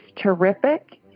terrific